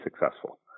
successful